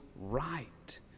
right